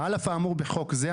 על אף האמור בחוק זה,